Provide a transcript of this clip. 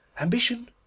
ambition